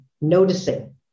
noticing